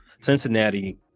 Cincinnati